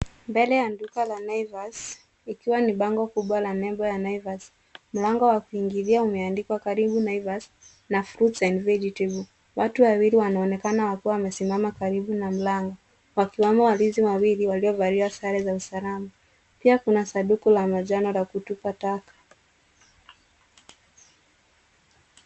Mbele ya duka la Naivas ikiwa ni bango kubwa la nembo ya Naivas , mlango wa kuingilia umeandikwa karibu Naivas na fruits and vegetables .Watu wawili wanaonekana wakiwa wamesimama karibu na mlango, wakiwemo walinzi wawili waliovalia sare za usalama. Pia kuna sanduku la manjano la kutupa taka.